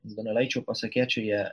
donelaičio pasakėčioje